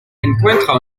encuentra